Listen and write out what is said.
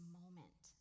moment